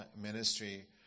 ministry